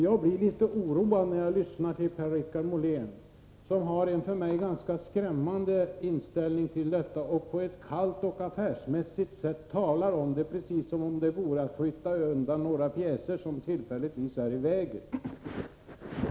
Jag blir litet oroad när jag lyssnar till Per-Richard Molén, som har en för mig ganska skrämmande inställning till detta och på ett kallt och affärsmässigt sätt talar om det, precis som om det vore fråga om att flytta undan några pjäser som tillfälligt är i vägen.